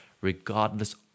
regardless